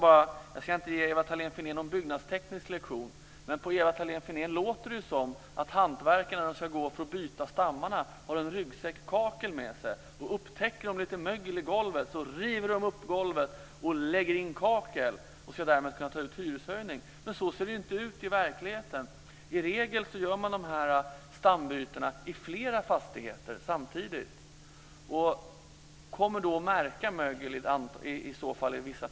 Jag ska inte ge Ewa Thalén Finné någon byggnadsteknisk lektion, men det låter på henne som om hon tror att hantverkarna, när de ska byta stammarna, har en ryggsäck kakel med sig. Upptäcker de mögel river de upp golvet och lägger in kakel, och värden kan därmed göra en hyreshöjning. Så ser det inte ut i verkligheten. I regel gör man stambyten i flera fastigheter samtidigt. Det är någonting som pågår under flera veckor.